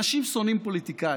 אנשים שונאים פוליטיקאים,